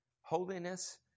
Holiness